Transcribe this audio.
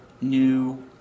new